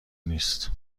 نیست